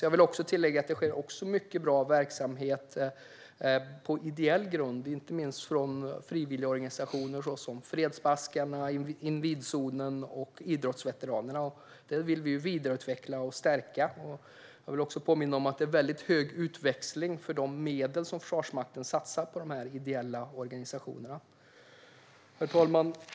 Jag vill tillägga att det också sker mycket bra verksamhet på ideell grund, inte minst av frivilligorganisationer såsom Fredsbaskrarna, Invidzonen och Idrottsveteranerna. Den vill vi vidareutveckla och stärka. Jag vill också påminna om att det är väldigt hög utväxling för de medel som Försvarsmakten satsar på de ideella organisationerna. Herr talman!